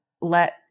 let